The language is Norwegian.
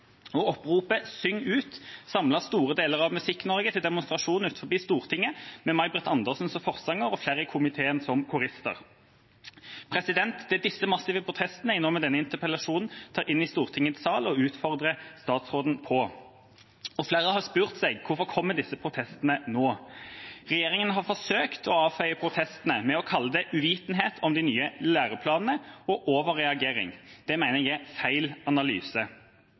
Oppropet «Syng ut» samlet store deler av Musikk-Norge til demonstrasjon utenfor Stortinget, med Maj Britt Andersen som forsanger og flere i komiteen som korister. Det er disse massive protestene jeg nå med denne interpellasjonen tar inn i Stortingets sal og utfordrer statsråden på. Flere har spurt seg: Hvorfor kommer disse protestene nå? Regjeringa har forsøkt å avfeie protestene med å kalle det uvitenhet om de nye læreplanene og overreagering. Det mener jeg er feil analyse.